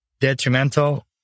detrimental